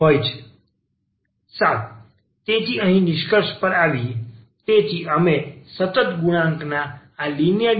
સારું તેથી અહીં નિષ્કર્ષ પર આવી તેથી અમે સતત ગુણાંક સાથેના આ લિનિયર ડીફરન્સીયલ ઈકવેશન વિશે ચર્ચા કરી